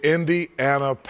Indiana